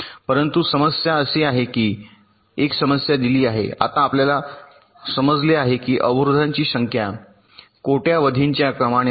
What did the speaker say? परंतु समस्या अशी आहे की एक समस्या दिली आहे आता आपल्याला समजले आहे की अवरोधांची संख्या कोट्यवधींच्या क्रमाने आहेत